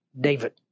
David